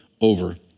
over